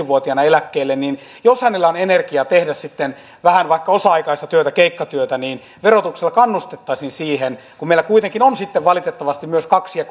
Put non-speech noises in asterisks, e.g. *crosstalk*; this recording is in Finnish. *unintelligible* vuotiaana eläkkeelle niin jos hänellä on energiaa tehdä sitten vähän vaikka osa aikaista työtä keikkatyötä niin verotuksella kannustettaisiin siihen kun meillä kuitenkin on valitettavasti myös kaksi ja *unintelligible*